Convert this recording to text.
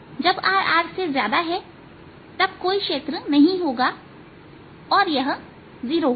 जब rR है तब कोई क्षेत्र नहीं होगा और यह 0 होगा